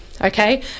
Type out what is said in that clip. Okay